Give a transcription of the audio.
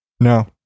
no